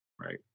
Right